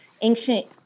ancient